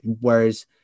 Whereas